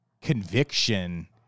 conviction